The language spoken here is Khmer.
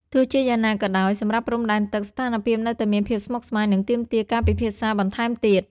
ទោះជាយ៉ាងណាក៏ដោយ សម្រាប់ព្រំដែនទឹក ស្ថានភាពនៅតែមានភាពស្មុគស្មាញ និងទាមទារការពិភាក្សាបន្ថែមទៀត។